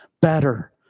better